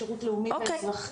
שרות לאומי ואזרחי.